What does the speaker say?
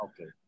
Okay